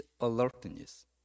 alertness